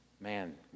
Man